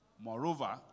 moreover